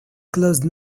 closed